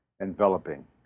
enveloping